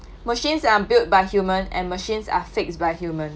machines are built by human and machines are fixed by human